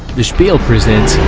the spiel presents,